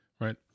Right